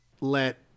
let